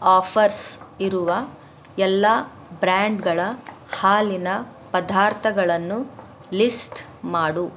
offers ಇರುವ ಎಲ್ಲ ಬ್ರ್ಯಾಂಡ್ಗಳ ಹಾಲಿನ ಪದಾರ್ಥಗಳನ್ನು ಲಿಸ್ಟ್ ಮಾಡು